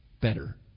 Better